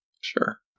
Sure